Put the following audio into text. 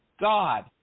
God